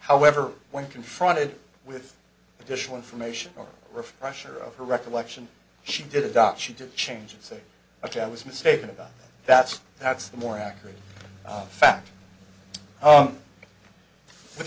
however when confronted with additional information or a refresher of her recollection she did adopt she did change and say ok i was mistaken about that's that's the more accurate fact with